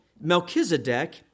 Melchizedek